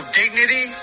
dignity